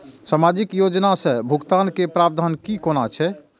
सामाजिक योजना से भुगतान के प्रावधान की कोना छै?